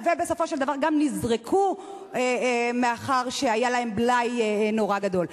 ובסופו של דבר הם גם נזרקו מאחר שהיה להם בלאי מאוד גדול.